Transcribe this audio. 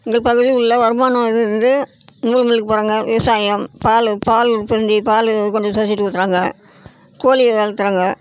எங்கள் பகுதியில் உள்ள வருமானம் இது வந்து நூல் மில்லுக்குப் போகிறாங்க விவசாயம் பால் பால் உற்பத்தி பால் கொஞ்சம் சொசைட்டிக்கு ஊத்துகிறாங்க கோழி வளர்த்துறாங்க